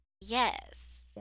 Yes